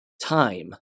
time